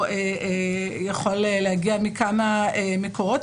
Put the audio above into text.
או יכול להגיע מכמה מקורות,